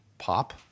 pop